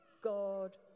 God